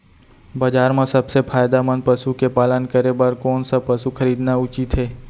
बजार म सबसे फायदामंद पसु के पालन करे बर कोन स पसु खरीदना उचित हे?